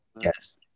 Yes